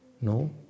No